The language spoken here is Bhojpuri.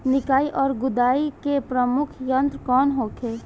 निकाई और गुड़ाई के प्रमुख यंत्र कौन होखे?